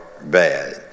bad